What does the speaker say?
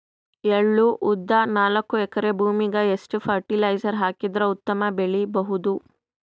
ಎಳ್ಳು, ಉದ್ದ ನಾಲ್ಕಎಕರೆ ಭೂಮಿಗ ಎಷ್ಟ ಫರಟಿಲೈಜರ ಹಾಕಿದರ ಉತ್ತಮ ಬೆಳಿ ಬಹುದು?